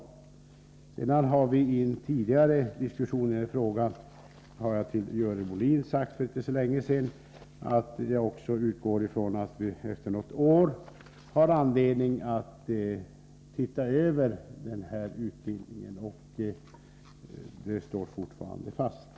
För inte så länge sedan har jag, i en tidigare diskussion i denna fråga, till Görel Bohlin sagt att jag utgår från att vi efter något år har anledning att se över denna utbildning. Det står jag fortfarande fast vid.